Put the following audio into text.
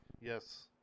Yes